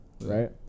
right